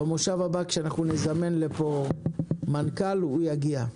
במושב הבא כאשר אנחנו נזמן לפה מנכ"ל הוא יגיע.